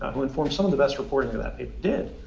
who informed some of the best reporting to that paper did,